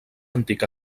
antic